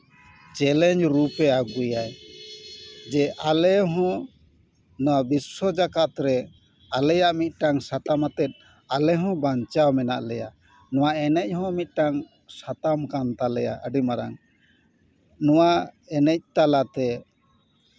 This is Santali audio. ᱪᱮᱞᱮᱧᱡᱽ ᱨᱩᱯᱮ ᱟᱹᱜᱩᱭᱟᱭ ᱡᱮ ᱟᱞᱮ ᱦᱚᱸ ᱱᱚᱣᱟ ᱵᱤᱥᱥᱚ ᱡᱟᱠᱟᱛ ᱨᱮ ᱟᱞᱮᱭᱟᱜ ᱢᱤᱫᱴᱟᱝ ᱥᱟᱛᱟᱢ ᱟᱛᱮᱫ ᱟᱞᱮ ᱦᱚᱸ ᱵᱟᱧᱪᱟᱣ ᱢᱮᱱᱟᱜ ᱞᱮᱭᱟ ᱱᱚᱣᱟ ᱮᱱᱮᱡ ᱦᱚᱸ ᱢᱤᱫᱴᱟᱝ ᱥᱟᱛᱟᱢ ᱠᱟᱱ ᱛᱟᱞᱮᱭᱟ ᱟᱹᱰᱤ ᱢᱟᱨᱟᱝ ᱱᱚᱣᱟ ᱮᱱᱮᱡ ᱛᱟᱞᱟᱛᱮ